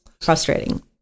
Frustrating